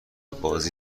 بازی